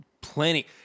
plenty